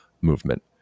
movement